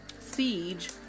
Siege